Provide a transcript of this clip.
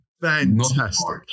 Fantastic